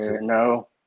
No